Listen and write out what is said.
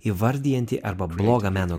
įvardijanti arba blogą meno